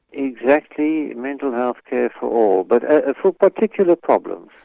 exactly, mental health care for all but ah for particular problems.